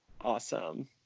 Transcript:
awesome